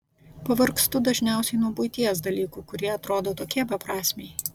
pavargstu dažniausiai nuo buities dalykų kurie atrodo tokie beprasmiai